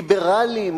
ליברלים,